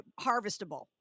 harvestable